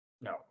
No